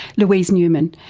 louise newman,